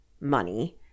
money